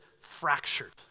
fractured